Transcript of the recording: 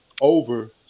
over